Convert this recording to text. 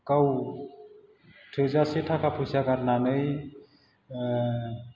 गाव थोजासे थाखा फैसा गारनानै